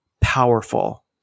powerful